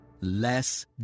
Less